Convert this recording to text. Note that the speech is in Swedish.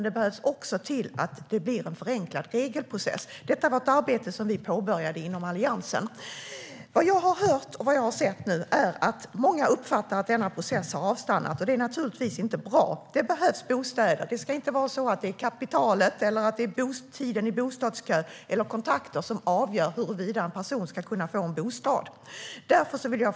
Det behövs också en förenklad regelprocess, och det arbetet påbörjade Alliansen. Många uppfattar att denna process nu har avstannat, vilket givetvis inte är bra. Det behövs bostäder. Det är inte kapital, tid i bostadskö eller kontakter som ska avgöra om en person får en bostad.